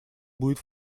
будет